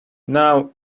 now